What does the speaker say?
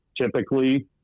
Typically